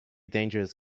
dangerous